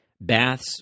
Baths